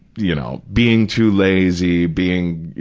you know, being too lazy, being,